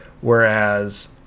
Whereas